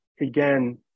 again